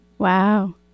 Wow